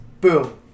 boom